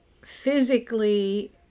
physically